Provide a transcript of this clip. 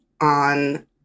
on